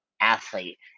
athlete